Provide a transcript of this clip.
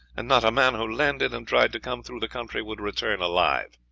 and not a man who landed and tried to come through the country would return alive.